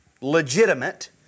legitimate